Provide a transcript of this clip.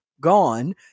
Gone